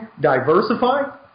diversify